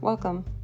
Welcome